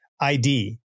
ID